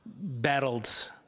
battled